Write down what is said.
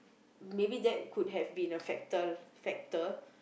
maybe that could have been a factor factor